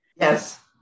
Yes